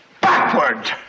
backward